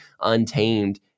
untamed